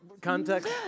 Context